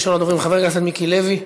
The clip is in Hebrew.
ראשון הדוברים, חבר הכנסת מיקי לוי,